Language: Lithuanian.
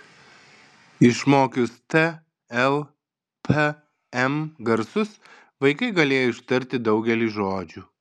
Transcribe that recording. išmokius t l p m garsus vaikai galėjo ištarti daugelį žodžių